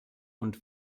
und